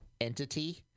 entity